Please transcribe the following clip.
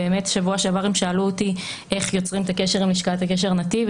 שבוע שעבר הם שאלו אותי איך יוצרים את הקשר עם לשכת הקשר נתיב.